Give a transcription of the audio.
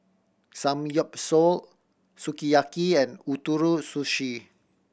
Samgyeopsal Sukiyaki and Ootoro Sushi